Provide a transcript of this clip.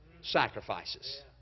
sacrifices